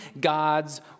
God's